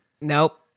Nope